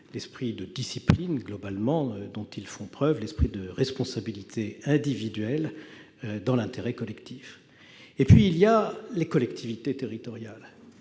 l'esprit de discipline dont, globalement, ils font preuve, ainsi que leur esprit de responsabilité individuelle dans l'intérêt collectif. Ensuite, il y a les collectivités territoriales